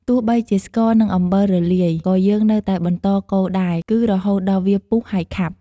ទោះបីជាស្ករ និងអំបិលរលាយ ក៏យើងនៅតែបន្តកូរដែរ គឺរហូតដល់វាពុះ ហើយខាប់។